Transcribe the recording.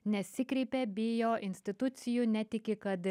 nesikreipia bijo institucijų netiki kad